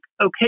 okay